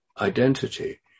identity